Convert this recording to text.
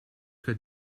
could